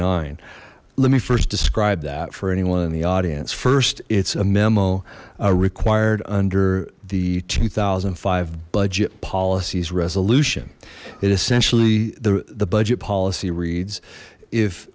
nine let me first describe that for anyone in the audience first it's a memo required under the two thousand and five budget policies resolution it essentially the the budget policy reads if